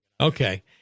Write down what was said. Okay